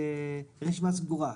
רשימה סגורה.